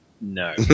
No